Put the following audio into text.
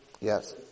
Yes